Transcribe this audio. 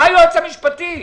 מה היועץ המשפטי כאן?